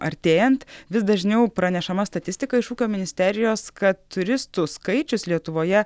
artėjant vis dažniau pranešama statistika iš ūkio ministerijos kad turistų skaičius lietuvoje